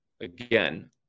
again